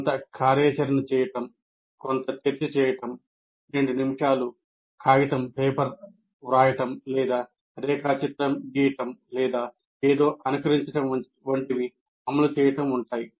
కొంత కార్యాచరణ చేయడం కొంత చర్చ చేయడం 2 నిమిషాల కాగితం రాయడం లేదా రేఖాచిత్రం గీయడం లేదా ఏదో అనుకరించడం వంటివి అమలు చేయటం ఉంటాయి